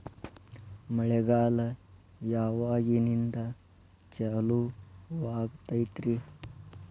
ಮಳೆಗಾಲ ಯಾವಾಗಿನಿಂದ ಚಾಲುವಾಗತೈತರಿ?